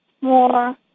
more